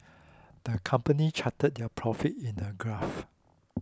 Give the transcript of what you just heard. the company charted their profit in a graph